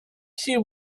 she